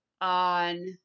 On